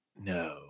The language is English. No